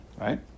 Right